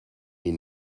wie